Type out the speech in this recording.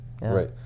right